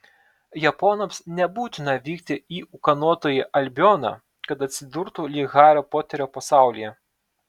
japonams nebūtina vykti į ūkanotąjį albioną kad atsidurtų lyg hario poterio pasaulyje